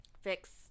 Fix